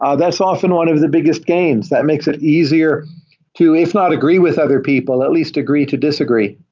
ah that's often one of the biggest games. that makes it easier to, if not agree with other people, at least agree to disagree.